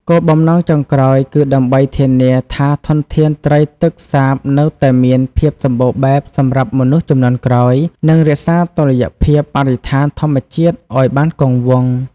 គោលបំណងចុងក្រោយគឺដើម្បីធានាថាធនធានត្រីទឹកសាបនៅតែមានភាពសម្បូរបែបសម្រាប់មនុស្សជំនាន់ក្រោយ និងរក្សាតុល្យភាពបរិស្ថានធម្មជាតិឲ្យបានគង់វង្ស។